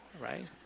right